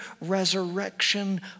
resurrection